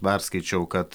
perskaičiau kad